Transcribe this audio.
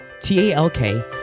T-A-L-K